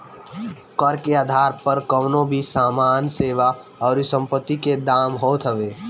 कर के आधार कवनो भी सामान, सेवा अउरी संपत्ति के दाम होत हवे